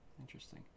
Interesting